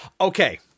Okay